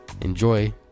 Enjoy